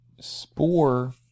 Spore